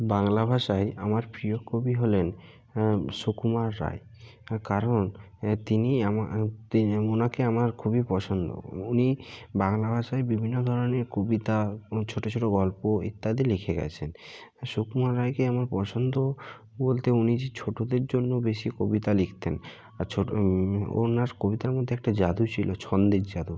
বাংলা ভাষায় আমার প্রিয় কবি হলেন হ্যাঁ সুকুমার রায় তার কারণ হ্যাঁ তিনি আমার তিনি ওনাকে আমার খুবই পছন্দ উনি বাংলা ভাষায় বিভিন্ন ধরনের কবিতা ছোটো ছোটো গল্প ইত্যাদি লিখে গেছেন আর সুকুমার রায়কেই আমার পছন্দ বলতে উনি যে ছোটোদের জন্য বেশি কবিতা লিখতেন আর ছোটো উপন্যাস কবিতার মধ্যে একটা জাদু ছিলো ছন্দের জাদু